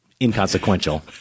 inconsequential